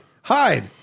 hide